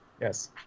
yes